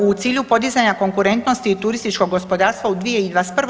U cilju podizanja konkurentnosti i turističkog gospodarstva u 2021.